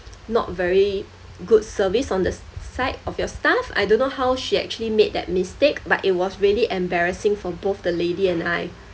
not very good service on the s~ side of your staff I don't know how she actually made that mistake but it was really embarrassing for both the lady and I